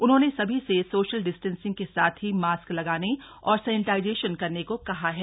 उन्होंने सभी से सोशल डिस्टेन्सिंग के साथ ही मास्क लगाने और सैनिटाईजेशन करने को कहा है